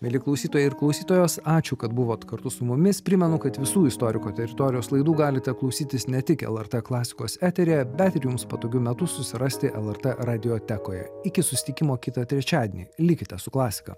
mieli klausytojai ir klausytojos ačiū kad buvot kartu su mumis primenu kad visų istorikų teritorijos laidų galite klausytis ne tik lrt klasikos eteryje bet ir jums patogiu metu susirasti lrt radiotekoje iki susitikimo kitą trečiadienį likite su klasika